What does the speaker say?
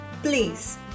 Please